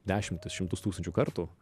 dešimtis šimtus tūkstančių kartų